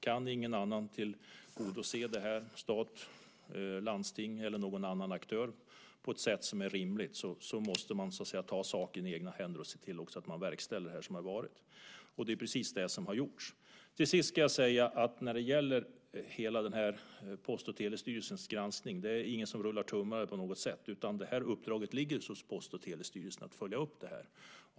Om ingen annan kan tillgodose det här, stat, landsting eller annan aktör, på ett sätt som är rimligt måste man ta saken i egna händer och se till att man verkställer det som har varit. Det är precis det som har gjorts. Till sist ska jag säga att när det gäller hela Post och telestyrelsens granskning är det ingen som rullar tummarna på något sätt. Uppdraget ligger hos Post och telestyrelsen att följa upp det här.